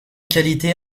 qualité